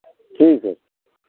ठीक है